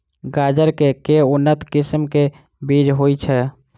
गाजर केँ के उन्नत किसिम केँ बीज होइ छैय?